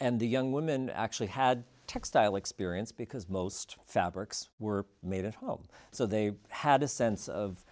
and the young woman actually had a textile experience because most fabrics were made at home so they had a sense of